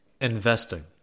investing